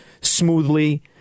smoothly